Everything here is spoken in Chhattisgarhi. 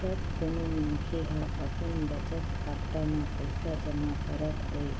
जब कोनो मनखे ह अपन बचत खाता म पइसा जमा करत होय